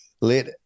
let